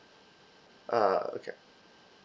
uh okay